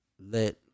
let